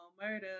murder